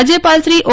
રાજય પાલ શ્રી ઓ